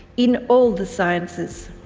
in all the sciences.